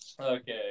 Okay